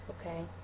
Okay